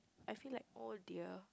I feel like oh dear